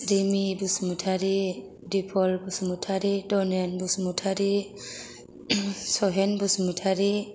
रिमि बसुमातारि दिपर बसुमातारि दनेन बसुमातारि सहेन बसुमातारि